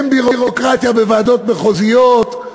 אין ביורוקרטיה בוועדות מחוזיות,